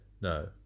No